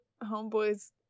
Homeboy's